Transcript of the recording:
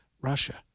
Russia